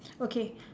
okay